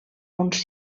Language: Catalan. uns